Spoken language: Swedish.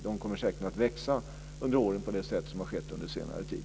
De kommer att växa under åren på så sätt som har skett under senare tid.